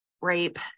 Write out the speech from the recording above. rape